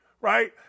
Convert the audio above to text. right